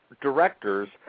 directors